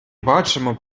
бачимо